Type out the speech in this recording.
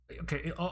Okay